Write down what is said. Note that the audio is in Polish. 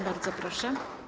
Bardzo proszę.